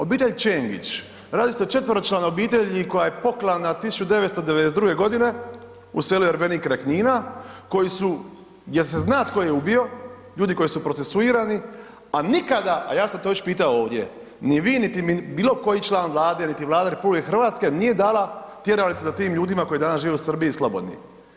Obitelj Čengić, radi se o četveročlanoj obitelji koja je poklana 1992. g. u selu Ervenik kraj Knina koji su, je li se zna tko ih je ubio, ljudi koji su procesuirani, a nikada, a ja sam to već pitao ovdje, ni vi niti bilo koji član Vlade niti Vlada RH nije dala tjeralicu za tim ljudima koji danas žive u Srbiji slobodni.